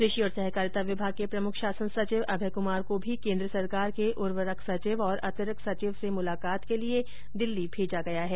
कृषि और सहकारिता विभाग के प्रमुख शासन सचिव अभय कुमार को भी केन्द्र सरकार के उर्वरक सचिव और अतिरिक्त सचिव से मुलाकात के लिए दिल्ली भेजा गया है